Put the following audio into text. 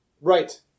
Right